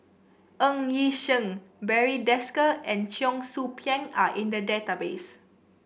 Ng Yi Sheng Barry Desker and Cheong Soo Pieng are in the database